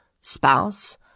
spouse